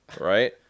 right